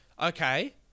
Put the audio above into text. Okay